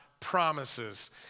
promises